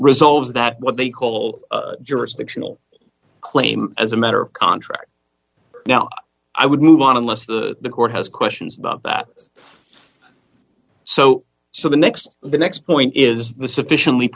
resolves that what they call jurisdictional claim as a matter of contract now i would move on unless the court has questions about that so so the next the next point is the sufficiently